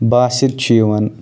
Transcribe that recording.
باست چھُ یِوان